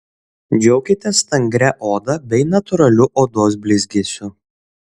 džiaukitės stangria oda bei natūraliu odos blizgesiu